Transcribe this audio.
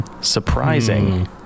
surprising